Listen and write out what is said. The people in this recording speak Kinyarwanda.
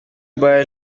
mobile